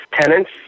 tenants